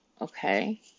okay